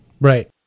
Right